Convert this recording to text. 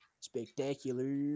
Spectacular